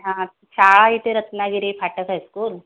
हां शाळा इथे रत्नागिरी फाटक हायस्कूल